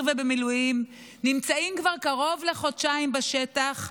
ובמילואים נמצאים כבר קרוב לחודשיים בשטח,